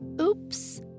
Oops